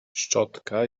szczotka